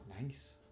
nice